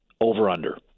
over-under